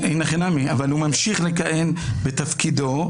אבל הוא ממשיך לכהן בתפקידו.